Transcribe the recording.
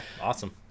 Awesome